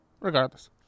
Regardless